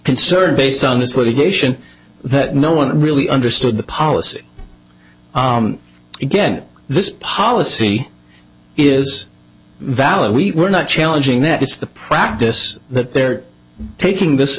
concern based on this litigation that no one really understood the policy again this policy is valid we were not challenging that it's the practice that they're taking this